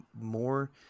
more